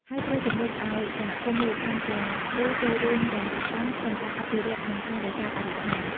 ហើយត្រូវជំរុញឱ្យសហគមន៍មូលដ្ឋានទាំងមូលចូលរួមយ៉ាងសកម្មក្នុងការអភិរក្ស និងថែរក្សាបរិស្ថាន។